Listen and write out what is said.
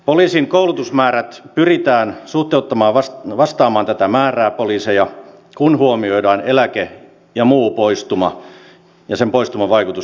poliisin koulutusmäärät pyritään suhteuttamaan vastaamaan tätä määrää poliiseja kun huomioidaan eläke ja muun poistuman vaikutus kokonaisuuteen